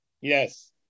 Yes